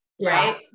Right